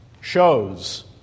shows